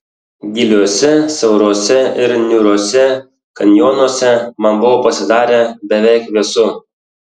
giliuose siauruose ir niūriuose kanjonuose man buvo pasidarę beveik vėsu